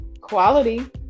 Quality